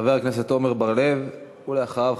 חבר הכנסת עמר בר-לב, ואחריו,